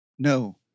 No